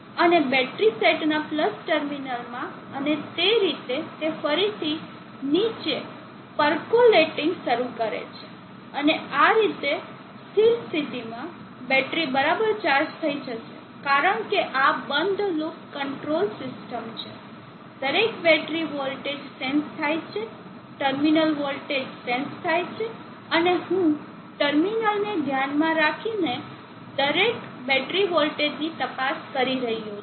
અને બેટરી સેટના પ્લસ ટર્મિનલમાં અને તે રીતે તે ફરીથી નીચે પર્કોલેટીંગ શરૂ કરે છે અને આ રીતે સ્થિર સ્થિતિમાં બેટરી બરાબર ચાર્જ થઈ જશે કારણ કે આ બંધ લૂપ કંટ્રોલ સિસ્ટમ છે દરેક બેટરી વોલ્ટેજ સેન્સ થાય છે ટર્મિનલ વોલ્ટેજ સેન્સ થાય છે અને હું ટર્મિનલને ધ્યાનમાં રાખીને દરેક બેટરી વોલ્ટેજની તપાસ કરી રહ્યો છું